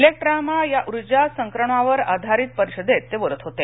ब्रिक्रामा या उर्जा संक्रमणावर आधारित परिषदेत ते बोलत होते